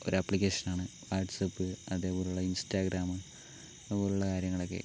ഒരപ്ളിക്കേഷനാണ് WhatsApp അതുപോലെയുള്ള Instagram അതുപോലെയുള്ള കാര്യങ്ങളൊക്കെ